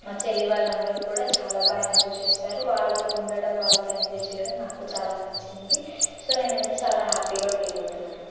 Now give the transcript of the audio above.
మా చెల్లి వాళ్లందరూ కూడా చాలా బాగా ఎంజాయ్ చేసారు వాళ్లతో ఉండడం వాళ్లతో ఎంజాయ్ చేయడం నాకు చాలా నచ్చింది సో నేనైతే చాలా హ్యాపీగా ఫీల్ అవుతున్నాను